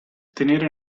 tenere